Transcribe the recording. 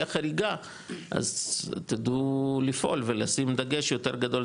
חריגה אז תדעו לפעול ולשים דגש יותר גדול,